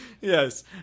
Yes